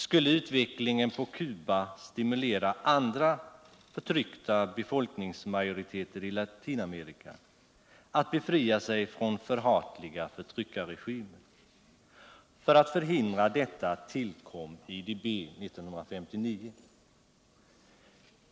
Skulle utvecklingen på Cuba stimulera andra förtryckta befolkningsmajoriteter i Latinamerika att befria sig från förhatliga förtryckarregimer? För att förhindra detta tillkom IDB 1959.